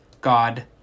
God